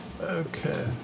Okay